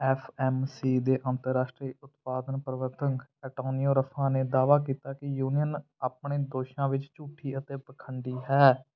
F M C ਦੇ ਅੰਤਰਰਾਸ਼ਟਰੀ ਉਤਪਾਦਨ ਪ੍ਰਬੰਧਕ ਐਂਟੋਨੀਓ ਰੱਫਾ ਨੇ ਦਾਅਵਾ ਕੀਤਾ ਕਿ ਯੂਨੀਅਨ ਆਪਣੇ ਦੋਸ਼ਾਂ ਵਿੱਚ ਝੂਠੀ ਅਤੇ ਪਖੰਡੀ ਹੈ